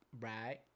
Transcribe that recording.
right